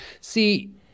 See